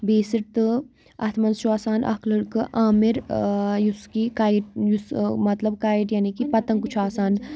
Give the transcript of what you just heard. بیسٕد تہٕ اَتھ منٛز چھُ آسان اَکھ لٔڑکہٕ آمِر ٲں یُس یہِ کَیِٹ یُس یہِ مطلَب کَیِٹ یعنی کہِ پَتَنٛگ چھُ آسان